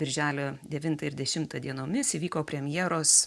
birželio devintą ir dešimtą dienomis įvyko premjeros